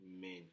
men